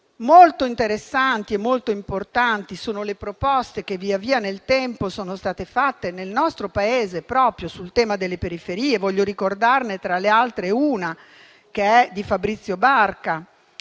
sociale. Molto importanti sono le proposte che via via nel tempo sono state fatte nel nostro Paese proprio sul tema delle periferie. Voglio ricordarne, tra le altre, una che è di Fabrizio Barca,